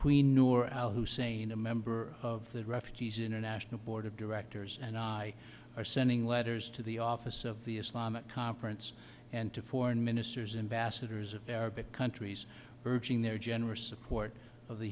al hussain a member of the refugees international board of directors and i are sending letters to the office of the islamic conference and to foreign ministers ambassadors of arabic countries urging their generous support of the